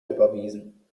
überwiesen